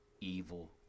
evil